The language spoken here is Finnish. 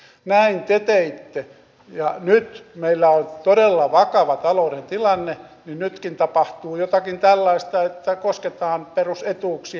näin te teitte ja nyt meillä on todella vakava taloudellinen tilanne ja nytkin tapahtuu jotakin tällaista että kosketaan perusetuuksiin